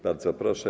Bardzo proszę.